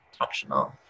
optional